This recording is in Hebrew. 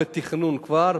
כתכנון כבר,